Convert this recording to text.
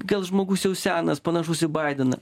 gal žmogus jau senas panašus į baideną